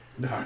no